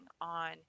on